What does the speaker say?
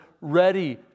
ready